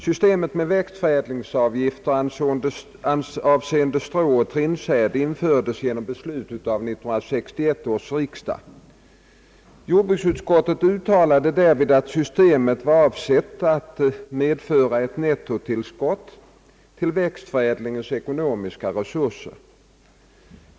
Systemet med växtförädlingsavgifter avseende stråoch trindsäd, infördes genom beslut av 1961 års riksdag. Jordbruksutskottet uttalade därvid, att systemet var avsett att medföra ett nettotillskott till växförädlingens ekonomiska resurser.